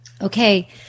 okay